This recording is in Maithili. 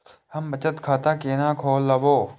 हम बचत खाता केना खोलैब?